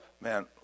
man